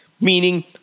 Meaning